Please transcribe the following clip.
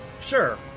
sure